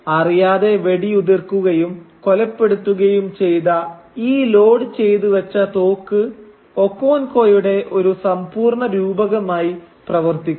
അറിയാതെ വെടിയുതിർക്കുകയും കൊലപ്പെടുത്തുകയും ചെയ്ത ഈ ലോഡ് ചെയ്ത് വെച്ച തോക്ക് ഒക്കോൻകോയുടെ ഒരു സമ്പൂർണ്ണ രൂപകമായി പ്രവർത്തിക്കുന്നു